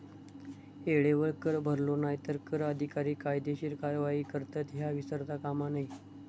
येळेवर कर भरलो नाय तर कर अधिकारी कायदेशीर कारवाई करतत, ह्या विसरता कामा नये